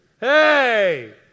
Hey